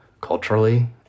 culturally